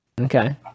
Okay